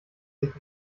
sich